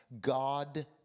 God